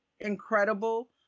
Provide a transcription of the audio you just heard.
Incredible